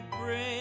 bring